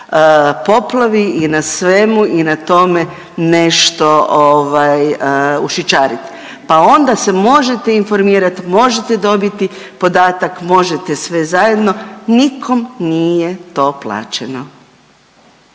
poplavi i na svemu i na tome nešto ovaj, ušićariti, pa onda se možete informirati, možete dobiti podatak, možete sve zajedno, nikom nije to plaćeno.